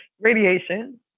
radiation